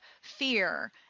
fear